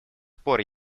пор